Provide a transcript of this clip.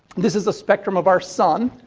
this is a spectrum of our sun.